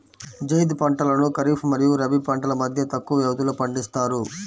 జైద్ పంటలను ఖరీఫ్ మరియు రబీ పంటల మధ్య తక్కువ వ్యవధిలో పండిస్తారు